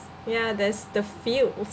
ya that's the feels